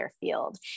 field